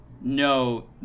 no